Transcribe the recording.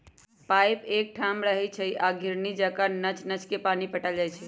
pipe एकठाम रहै छइ आ घिरणी जका नच नच के पानी पटायल जाइ छै